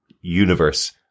universe